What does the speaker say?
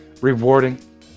rewarding